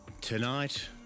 Tonight